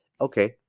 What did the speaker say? Okay